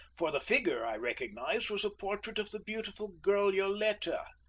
for the figure, i recognized, was a portrait of the beautiful girl yoletta.